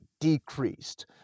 decreased